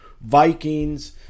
Vikings